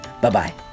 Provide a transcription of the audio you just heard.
Bye-bye